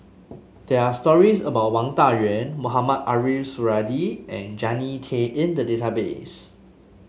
there are stories about Wang Dayuan Mohamed Ariff Suradi and Jannie Tay in the database